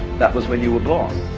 that was when you were born.